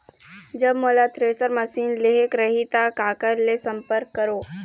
जब मोला thresher machine लेहेक रही ता काकर ले संपर्क करों?